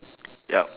yup